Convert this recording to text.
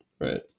right